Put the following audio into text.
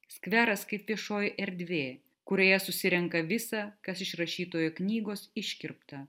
skveras kaip viešoji erdvė kurioje susirenka visa kas iš rašytojo knygos iškirpta